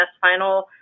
final